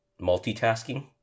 multitasking